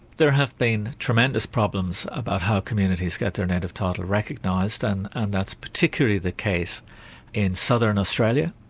there have been tremendous problems about how communities get their native title recognised, and that's particularly the case in southern australia,